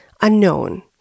unknown